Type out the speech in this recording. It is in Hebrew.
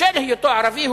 בשל היותו ערבי,